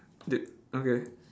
d~ okay